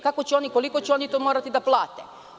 Kako će oni, koliko će oni morati da plate?